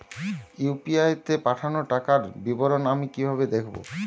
UPI তে পাঠানো টাকার বিবরণ আমি কিভাবে দেখবো?